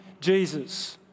Jesus